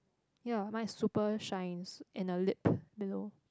ya mine is super shines and a lip below